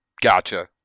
Gotcha